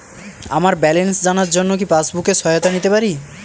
আমার ব্যালেন্স জানার জন্য কি পাসবুকের সহায়তা নিতে পারি?